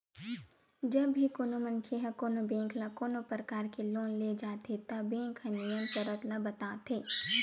जब भी कोनो मनखे ह कोनो बेंक ले कोनो परकार के लोन ले जाथे त बेंक ह नियम सरत ल बताथे